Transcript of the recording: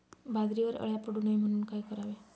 बाजरीवर अळ्या पडू नये म्हणून काय करावे?